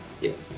Yes